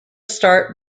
start